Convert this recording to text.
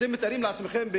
אתם מתארים לעצמכם,